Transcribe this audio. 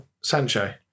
Sancho